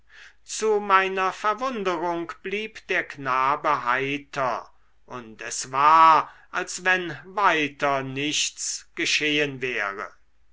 zu meiner verwunderung blieb der knabe heiter und es war als wenn weiter nichts geschehen wäre